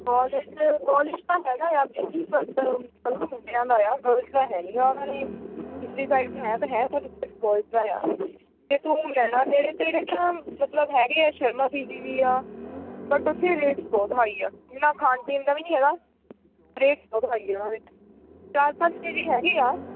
college ਕੋਲੇ ਤਾਂ ਹੈਗਾ ਆ ਉੱਥੇ ਵੀ ਬਟ ਉਹ ਮੁੰਡਿਆਂ ਦੇ ਆ ਗਰਲਸ ਦਾ ਹੈ ਨਹੀਂ ਗਾ ਉਹਨਾਂ ਨੇ ਪਿਛਲੀ ਸਾਈਡ ਨੂੰ ਹੈ ਤਾਂ ਹੈ ਪਰ ਉਹ ਸਿਰਫ਼ ਬੋਆਇਸ ਦਾ ਆ ਜੇ ਤੂੰ ਰਹਿਣਾ ਤਾਂ ਮਤਲਬ ਹੈਗੇ ਆ ਸ਼ਰਮਾ ਪੀ ਜੀ ਵੀ ਆ ਬਟ ਉੱਥੇ ਰੇਟਸ ਬਹੁਤ ਹਾਈ ਆ ਉਹਨਾ ਖਾਣ ਪੀਣ ਦਾ ਵੀ ਨਹੀਂ ਹੈਗਾ ਰੇਟਸ ਬਹੁਤ ਹਾਈ ਆ ਉਹਨਾਂ ਦੇ ਚਾਰ ਪੰਜ ਪੀ ਜੀ ਹੈਗੇ ਆ